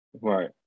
Right